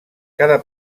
cada